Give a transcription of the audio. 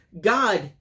God